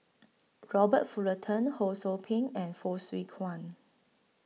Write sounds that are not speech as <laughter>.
Robert Fullerton Ho SOU Ping and Fong Swee <unintelligible>